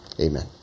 Amen